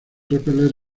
repeler